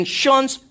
shuns